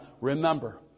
remember